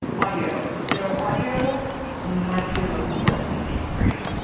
audio, so audio might be the most important of these three.